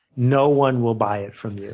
no one will buy it from